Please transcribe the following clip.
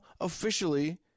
officially